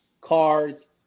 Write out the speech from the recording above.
cards